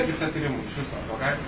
atlikta tyrimų iš viso gal galit